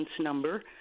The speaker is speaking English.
number